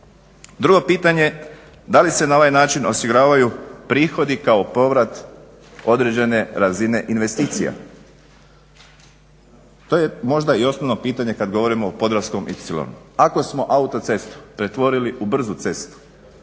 Drugo pitanje, da li se na ovaj način osiguravaju prihodi kao povrat određene razine investicija. To je možda i osnovno pitanje kad govorimo o podravskom ipsilonu. Ako smo autocestu pretvorili u brzu cestu